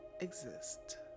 exist